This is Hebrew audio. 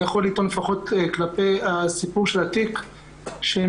אני יכול לטעון לפחות כלפי הסיפור של התיק שמרגע